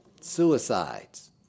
Suicides